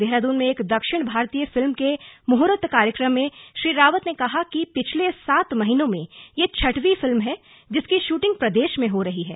देहरादून में एक दक्षिण भारतीय फिल्म के मुहुर्त कार्यक्रम में श्री रावत ने कहा कि पिछले सात महीनों में यह छठवीं फिल्म है जिसकी शूटिंग प्रदेश में हो रही है